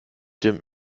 dem